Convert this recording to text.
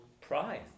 prize